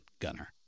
Gunner